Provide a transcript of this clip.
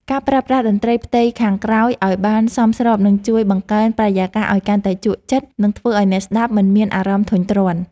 ការប្រើប្រាស់តន្ត្រីផ្ទៃខាងក្រោយឱ្យបានសមស្របនឹងជួយបង្កើនបរិយាកាសឱ្យកាន់តែជក់ចិត្ត និងធ្វើឱ្យអ្នកស្តាប់មិនមានអារម្មណ៍ធុញទ្រាន់។